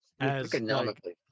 economically